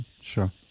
Sure